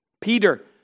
Peter